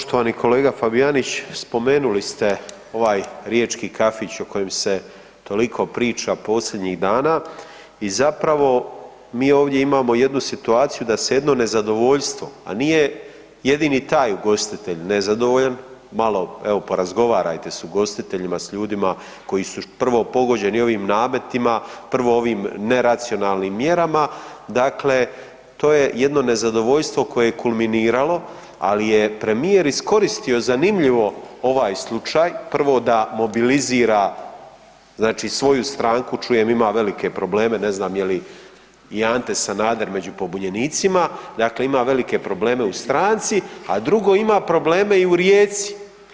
Poštovani kolega Fabijanić, spomenuli ste ovaj riječki kafić o kojem se toliko priča posljednjih dana i zapravo mi ovdje imamo jednu situaciju da se jedno nezadovoljstvo a nije jedini taj ugostitelj nezadovoljan, malo evo porazgovarajte s ugostiteljima, s ljudima koji su prvo pogođeni ovim nametima, prvo ovim neracionalnim mjerama, dakle to je jedno nezadovoljstvo koje je kulminiralo ali je premijer iskoristio zanimljivo ovaj slučaj, prvo da mobilizira znači svoju stranku, čujem ima velike probleme, ne znam je li i Ante Sanader među pobunjenicima, dakle ima velike probleme u stranicu a drugo ima problem i u Rijeci.